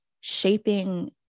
shaping